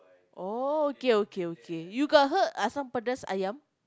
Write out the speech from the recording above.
oh okay okay okay you got heard asam-pedas-ayam